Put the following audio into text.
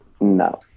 No